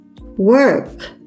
work